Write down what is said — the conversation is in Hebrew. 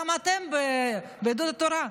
גם אתם ביהדות התורה.